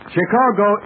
Chicago